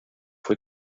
fue